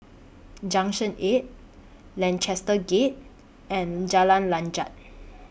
Junction eight Lancaster Gate and Jalan Lanjut